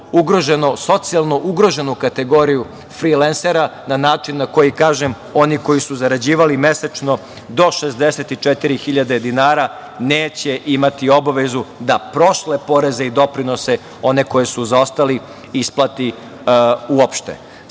socijalno ugroženu kategoriju frilensera na način na koji, kažem, oni koji su zarađivali mesečno do 64.000 dinara neće imati obavezu da prošle poreze i doprinose, one koji su zaostali, isplate uopšte.S